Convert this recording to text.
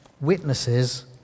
witnesses